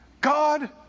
God